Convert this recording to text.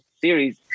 series